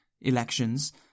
elections